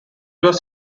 was